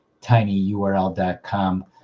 tinyurl.com